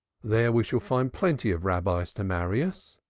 there we shall find plenty of rabbis to marry us.